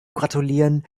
gratulieren